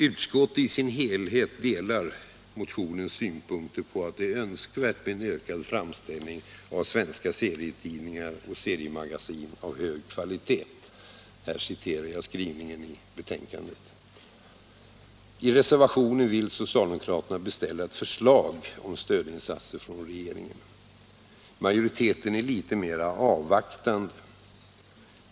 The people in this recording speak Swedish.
Utskottet i sin helhet delar synpunkterna i motionen att ”det är önskvärt med en ökad framställning av svenska serietidningar och seriemagasin av hög kvalitet”. I reservationen vill socialdemokraterna beställa ett förslag om stödinsatser från regeringen. Majoriteten är litet mer avvaktande.